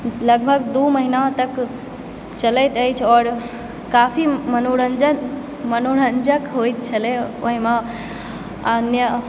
लगभग दू महीना तक चलैत अछि आओर काफी मनोरंजन मनोरंजक होयत छलय ओहिमे अन्य